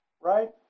right